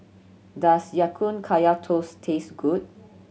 does Ya Kun Kaya Toast taste good